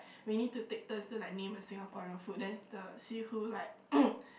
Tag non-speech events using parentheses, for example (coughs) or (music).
we need to take turns to like name a Singaporean food then the see who like (coughs)